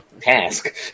task